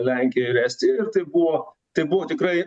lenkiją ir estiją ir tai buvo tai buvo tikrai